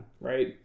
right